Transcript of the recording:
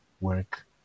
work